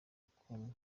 bukumi